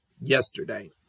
yesterday